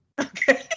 okay